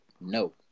No